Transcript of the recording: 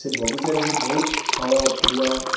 ସେ ବଗିଚାରେ ସେ ବହୁତ ଫଳ ଫୁଲ